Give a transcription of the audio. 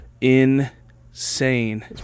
Insane